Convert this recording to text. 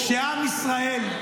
עם ישראל,